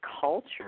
culture